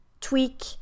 tweak